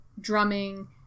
drumming